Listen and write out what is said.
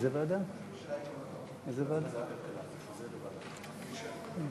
ההצעה להעביר את הצעת חוק התקשורת (בזק ושידורים) (תיקון מס' 59)